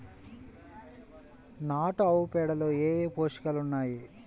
నాటు ఆవుపేడలో ఏ ఏ పోషకాలు ఉన్నాయి?